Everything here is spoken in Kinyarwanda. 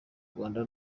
rwanda